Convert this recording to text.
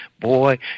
Boy